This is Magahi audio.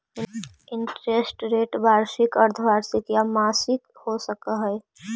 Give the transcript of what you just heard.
इंटरेस्ट रेट वार्षिक, अर्द्धवार्षिक या मासिक हो सकऽ हई